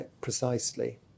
precisely